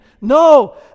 no